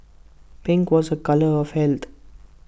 pink was A colour of health